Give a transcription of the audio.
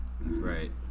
Right